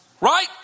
Right